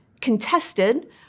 contested